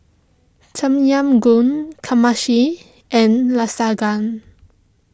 Tom Yam Goong and Lasagna